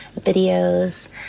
videos